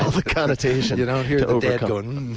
ah the connotation. you don't hear that going,